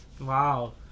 Wow